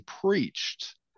preached